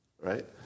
right